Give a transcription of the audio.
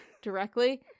directly